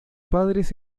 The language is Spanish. padres